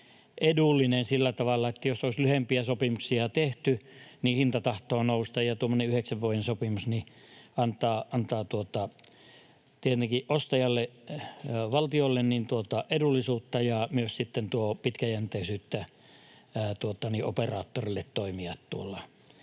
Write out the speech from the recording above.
edullinen sillä tavalla, että jos olisi lyhyempiä sopimuksia tehty, niin hinta tahtoo nousta, ja tuommoinen yhdeksän vuoden sopimus antaa tietenkin ostajalle, valtiolle, edullisuutta ja myös sitten tuo pitkäjänteisyyttä operaattorille toimia